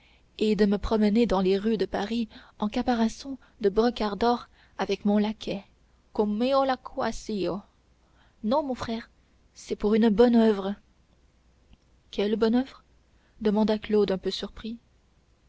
et de me promener dans les rues de paris en caparaçon de brocart d'or avec mon laquais cum meo laquasio non mon frère c'est pour une bonne oeuvre quelle bonne oeuvre demanda claude un peu surpris